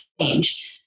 change